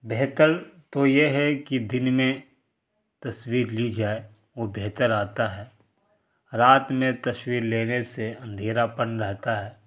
بہتر تو یہ ہے کہ دن میں تصویر لی جائے وہ بہتر آتا ہے رات میں تصویر لینے سے اندھیراپن رہتا ہے